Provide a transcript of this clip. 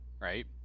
right